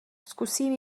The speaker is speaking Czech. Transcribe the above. zkusím